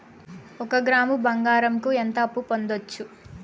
ఒక గ్రాము బంగారంకు ఎంత అప్పు పొందొచ్చు